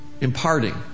imparting